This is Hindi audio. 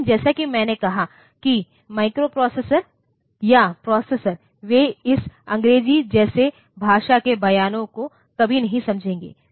लेकिन जैसा कि मैंने कहा कि माइक्रोप्रोसेसर या प्रोसेसर वे इस अंग्रेजी जैसी भाषा के बयानों को कभी नहीं समझेंगे